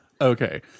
okay